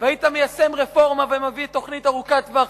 והיית מיישם רפורמה ומביא תוכנית ארוכת-טווח